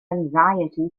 anxiety